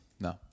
No